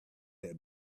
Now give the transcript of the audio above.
had